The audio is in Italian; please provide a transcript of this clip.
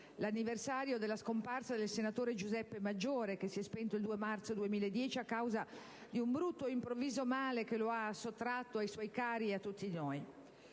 l'anniversario della scomparsa del senatore Giuseppe Maggiore, che si è spento il 2 marzo 2010 a causa di un brutto ed improvviso male che lo ha sottratto ai suoi cari e a tutti noi.